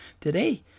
Today